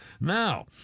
Now